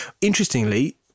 Interestingly